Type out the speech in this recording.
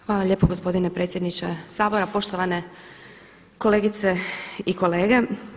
Hvala lijepo gospodine predsjedniče Sabora, poštovane kolegice i kolege.